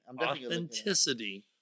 authenticity